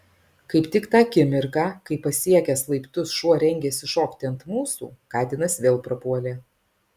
kaip tik tą akimirką kai pasiekęs laiptus šuo rengėsi šokti ant mūsų katinas vėl prapuolė